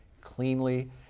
cleanly